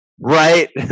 right